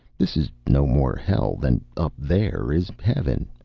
this is no more hell than up there is heaven.